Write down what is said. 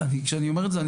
כשאני אומר את זה,